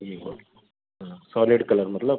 जी हाँ हाँ solid colour मतलब